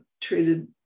treated